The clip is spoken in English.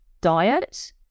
diet